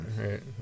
right